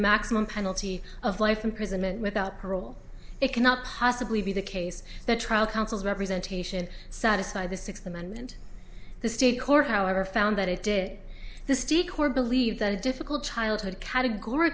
maximum penalty of life imprisonment without parole it cannot possibly be the case that trial counsel's representation satisfy the sixth amendment the state court however found that it did the seek or believe that a difficult childhood